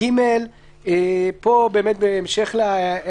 אי אפשר לעשות את זה בלי ועדה.